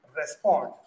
respond